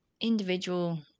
individual